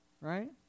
Right